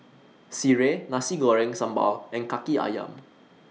Sireh Nasi Goreng Sambal and Kaki Ayam